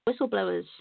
whistleblowers